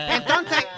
entonces